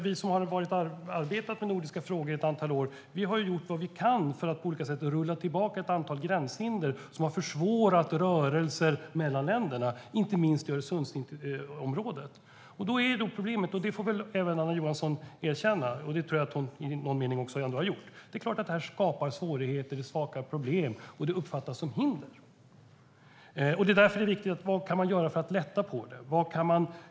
Vi som har arbetat med nordiska frågor ett antal år har gjort vad vi har kunnat för att på olika sätt rulla tillbaka ett antal gränshinder som har försvårat rörelser mellan länderna, inte minst i Öresundsområdet. Då är problemet, vilket väl även Anna Johansson får erkänna, och det tror jag att hon i någon mening också redan har gjort, att detta såklart skapar svårigheter och uppfattas som hinder. Det viktiga är då vad man kan göra för att lätta på det.